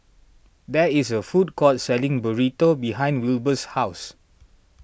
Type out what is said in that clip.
there is a food court selling Burrito behind Wilbur's house